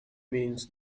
means